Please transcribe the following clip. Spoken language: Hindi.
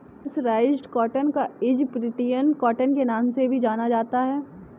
मर्सराइज्ड कॉटन को इजिप्टियन कॉटन के नाम से भी जाना जाता है